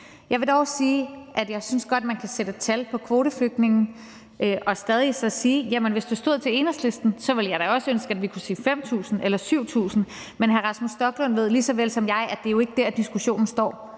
stadig godt sige, at jeg synes, at man kan sætte et tal på kvoteflygtningene, og at jeg, hvis det stod til Enhedslisten, da også ville ønske, at vi kunne sige 5.000 eller 7.000. Men hr. Rasmus Stoklund ved lige så vel som jeg, at det jo ikke er der, diskussionen står.